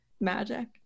magic